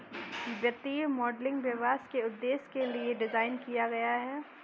वित्तीय मॉडलिंग व्यवसाय किस उद्देश्य के लिए डिज़ाइन किया गया है?